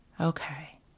okay